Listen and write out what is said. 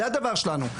זה הדבר שלנו.